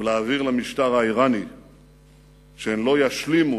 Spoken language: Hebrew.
ולהבהיר למשטר האירני שהן לא ישלימו